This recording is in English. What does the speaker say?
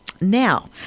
Now